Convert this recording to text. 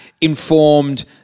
informed